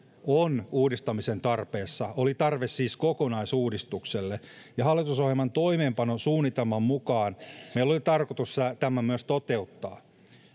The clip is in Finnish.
on uudistamisen tarpeessa oli tarve siis kokonaisuudistukselle ja hallitusohjelman toimeenpanosuunnitelman mukaan meillä oli tarkoitus tämä myös toteuttaa